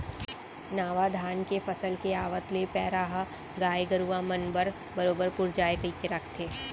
नावा धान के फसल के आवत ले पैरा ह गाय गरूवा मन बर बरोबर पुर जाय कइके राखथें